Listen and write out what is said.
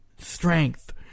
strength